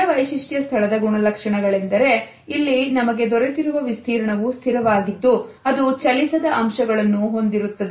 ಸ್ಥಿರ ವೈಶಿಷ್ಟ್ಯ ಸ್ಥಳದ ಗುಣಲಕ್ಷಣಗಳಿಂದರೆ ಇಲ್ಲಿ ನಮಗೆ ದೊರೆತಿರುವ ವಿಸ್ತೀರ್ಣವು ಸ್ಥಿರವಾಗಿದ್ದು ಅದು ಚಲಿಸದ ಅಂಶಗಳನ್ನು ಹೊಂದಿರುತ್ತದೆ